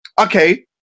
okay